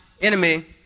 enemy